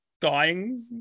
dying